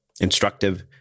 instructive